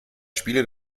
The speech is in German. spiele